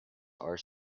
are